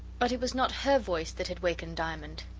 but it was not her voice that had wakened diamond.